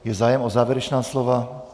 Je zájem o závěrečná slova?